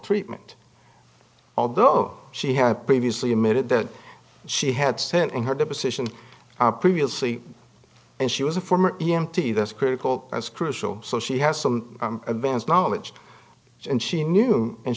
treatment although she had previously admitted that she had sent in her deposition previously and she was a former e m t that's critical that's crucial so she has some advance knowledge and she knew and